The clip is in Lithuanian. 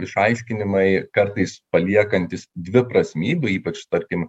išaiškinimai kartais paliekantys dviprasmybių ypač tarkim